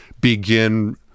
begin